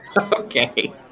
okay